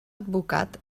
advocat